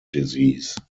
disease